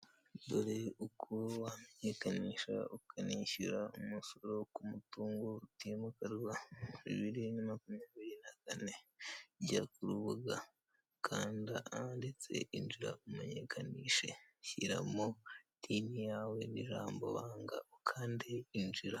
Dore uko wamenyekanisha ukanishyura umusoro ku mutungo utimukanwa muri bibiri makumyabiri na kane, jya ku rubuga, kanda ahanditse injira umunyekanishe, shyiramo tini yawe n'ijambo banga ukande injira.